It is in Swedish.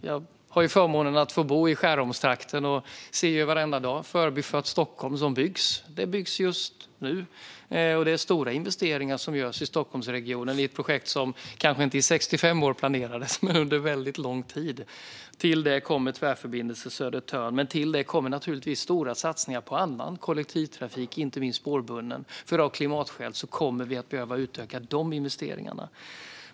Jag har förmånen att bo i Skärholmstrakten och ser varenda dag hur Förbifart Stockholm byggs. Den byggs just nu, och det görs stora investeringar i Stockholmsregionen i ett projekt som kanske inte planerades i 65 år, men under väldigt lång tid. Till detta kommer Tvärförbindelse Södertörn. Dessutom görs naturligtvis stora satsningar på kollektivtrafik, inte minst spårbunden. Av klimatskäl kommer vi nämligen att behöva utöka de investeringarna.